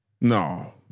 No